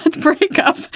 breakup